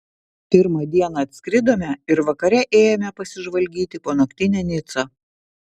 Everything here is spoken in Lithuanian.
pirmą dieną atskridome ir vakare ėjome pasižvalgyti po naktinę nicą